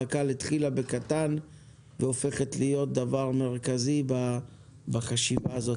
פק"ל התחילה בקטן והופכת להיות דבר מרכזי בחשיבה הזאת.